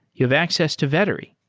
you have access to vettery.